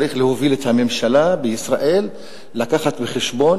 צריך להוביל את הממשלה בישראל להביא בחשבון